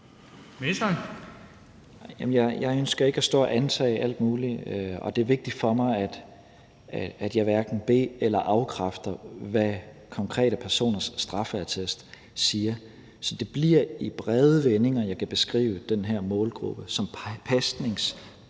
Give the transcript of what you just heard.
Jeg ønsker ikke at stå og antage alt muligt, og det er vigtigt for mig, at jeg hverken be- eller afkræfter, hvad konkrete personers straffeattest siger. Så det bliver i brede vendinger: Jeg kan beskrive den her målgruppe som en målgruppe